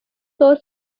floor